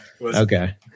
Okay